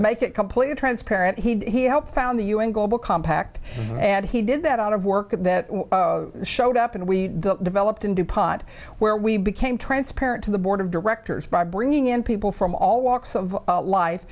make it completely transparent he helped found the un global compact and he did that out of work and that showed up and we developed into pot where we became transparent to the board of directors by bringing in people from all walks of life